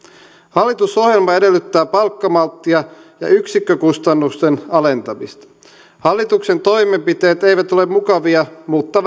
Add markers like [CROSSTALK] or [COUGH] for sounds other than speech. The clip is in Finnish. hallitusohjelma edellyttää palkkamalttia ja yksikkökustannusten alentamista hallituksen toimenpiteet eivät ole mukavia mutta [UNINTELLIGIBLE]